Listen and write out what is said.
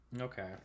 Okay